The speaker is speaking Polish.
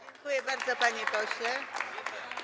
Dziękuję bardzo, panie pośle.